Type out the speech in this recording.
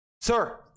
Sir